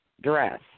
dress